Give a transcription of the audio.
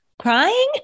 crying